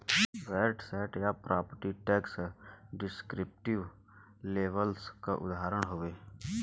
VAT sat या property tax descriptive labels क उदाहरण हउवे